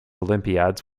olympiads